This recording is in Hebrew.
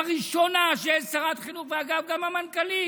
לראשונה יש שרת חינוך, ואגב, גם המנכ"לית,